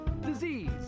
disease